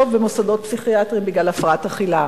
במוסדות פסיכיאטריים בגלל הפרעת אכילה.